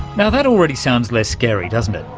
so that already sounds less scary, doesn't it?